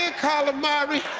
ah calamari.